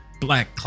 black